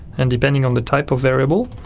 and depending on the type of variable,